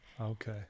Okay